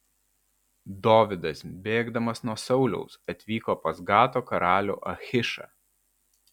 dovydas bėgdamas nuo sauliaus atvyko pas gato karalių achišą